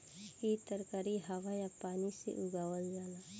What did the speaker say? इ तरकारी हवा आ पानी से उगावल जाला